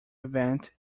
event